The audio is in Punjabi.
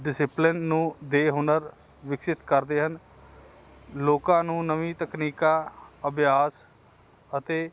ਡਿਸਿਪਲਨ ਨੂੰ ਦੇ ਹੁਨਰ ਵਿਕਸਿਤ ਕਰਦੇ ਹਨ ਲੋਕਾਂ ਨੂੰ ਨਵੀਂ ਤਕਨੀਕਾਂ ਅਭਿਆਸ ਅਤੇ